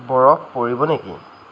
বৰফ পৰিব নেকি